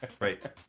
Right